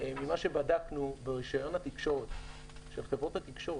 ממה שבדקנו ברישיון התקשורת של חברות התקשורת,